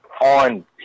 on